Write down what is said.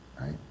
Right